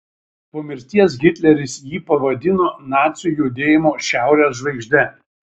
po mirties hitleris jį pavadino nacių judėjimo šiaurės žvaigžde